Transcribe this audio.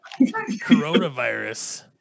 Coronavirus